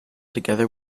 together